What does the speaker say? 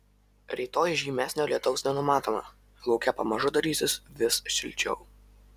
rytoj žymesnio lietaus nenumatoma lauke pamažu darysis vis šilčiau